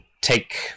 take